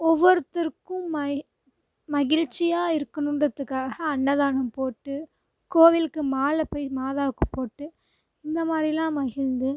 ஒவ்வொருத்தருக்கும் மகிழ் மகிழ்ச்சியாக இருக்கணுன்றதுக்காக அன்னதானம் போட்டு கோவிலுக்கு மாலை போய் மாதாக்கு போட்டு இந்தமாதிரில்லா மகிழ்ந்து